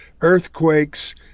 earthquakes